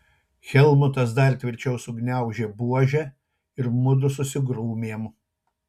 helmutas dar tvirčiau sugniaužė buožę ir mudu susigrūmėm